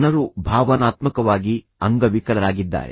ಜನರು ಭಾವನಾತ್ಮಕವಾಗಿ ಅಂಗವಿಕಲರಾಗಿದ್ದಾರೆ